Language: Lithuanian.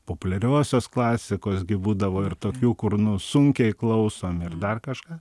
populiariosios klasikos gi būdavo ir tokių kur nu sunkiai klausomi ir dar kažką